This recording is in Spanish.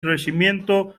crecimiento